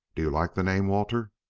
do you like the name, walter?